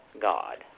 God